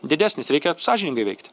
didesnis reikia sąžiningai veikti